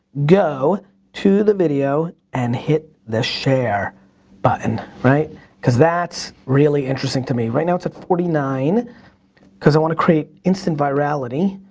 go to the video and hit the share button? right cause that's really interesting to me. right now it's at forty nine cause i wanna create instant virality,